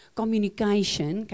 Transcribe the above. communication